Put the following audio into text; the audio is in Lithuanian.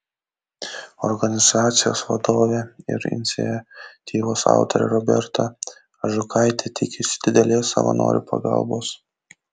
organizacijos vadovė ir iniciatyvos autorė roberta ažukaitė tikisi didelės savanorių pagalbos